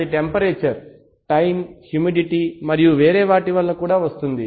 అది temperature time humidity మరియు వేరే వాటి వలన కూడా వస్తుంది